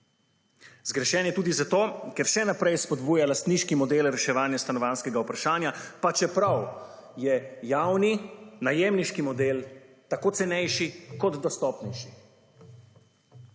Zgrešen je tudi zato, ker še naprej spodbuja lastniški model reševanja stanovanjskega vprašanja pa čeprav je javni najemniški model tako cenejši kot dostopnejši.